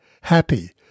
happy